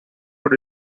good